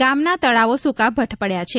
ગામના તળાવો સુકાંભક્ર પડ્યાં છે